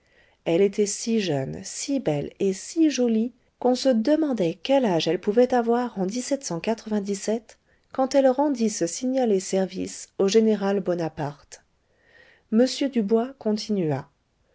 elle était si jeune si belle et si jolie qu'on se demandait quel âge elle pouvait avoir en quand elle rendit ce signalé service au général bonaparte m dubois continua